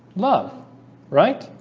love right.